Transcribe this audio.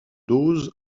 dose